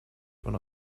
von